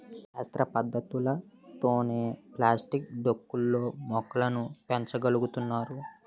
శాస్త్ర పద్ధతులతోనే ప్లాస్టిక్ డొక్కు లో మొక్కలు పెంచ గలుగుతున్నారు